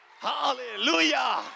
Hallelujah